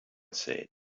said